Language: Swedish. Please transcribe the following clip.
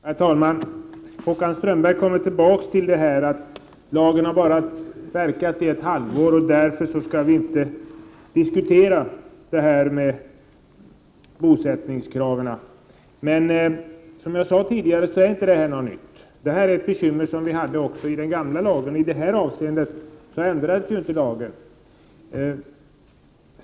Herr talman! Håkan Strömberg återkommer till att lagen bara har varit i kraft i ett halvår och att vi därför inte skall diskutera bosättningskravet. Men som jag tidigare sade är det inte något nytt — det var ett bekymmer som vi hade också med den gamla lagen; i det här avseendet ändrades inte lagen.